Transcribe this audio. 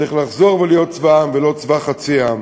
צריך לחזור ולהיות צבא העם ולא צבא חצי העם.